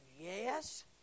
yes